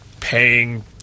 paying